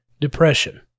depression